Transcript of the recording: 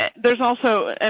there's also, i